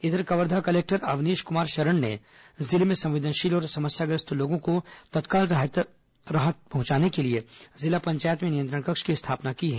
इधर कवर्धा कलेक्टर अवनीश कुमार शरण ने जिले में संवेदनशील और समस्याग्रस्त लोगों को तत्काल राहत पहुंचाने के लिए जिला पंचायत में नियंत्रण कक्ष की स्थापना की है